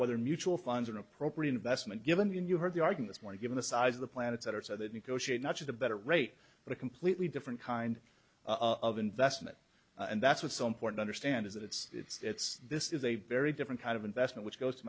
whether mutual funds an appropriate investment given you heard the arguments more given the size of the planets that are so that negotiate not just a better rate but a completely different kind of investment and that's what's so important understand is that it's it's this is a very different kind of investment which goes to